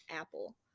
Apple